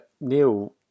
Neil